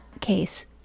case